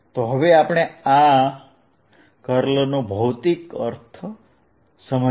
તો હવે આપણે આ કર્લનો ભૌતિક અર્થ સમજીએ